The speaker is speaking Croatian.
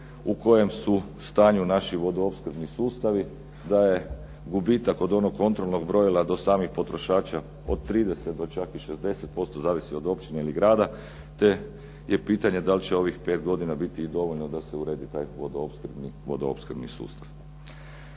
u kojem su stanju naši vodoopskrbni sustavi, da je gubitak od onog kontrolnog brojila do samih potrošača od 30 do čak i 60%, zavisi od općine ili grada, te je pitanje da li će ovih 5 godina biti dovoljno da se uredi taj vodoopskrbni sustav.